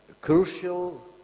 crucial